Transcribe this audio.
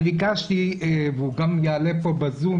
אני ביקשתי שיצטרף מנכ"ל "בצלמו",